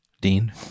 Dean